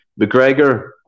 McGregor